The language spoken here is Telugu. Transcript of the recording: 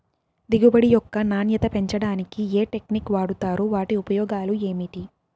దిగుబడి యొక్క నాణ్యత పెంచడానికి ఏ టెక్నిక్స్ వాడుతారు వాటి ఉపయోగాలు ఏమిటి?